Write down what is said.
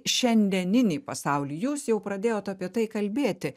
šiandieninį pasaulį jūs jau pradėjot apie tai kalbėti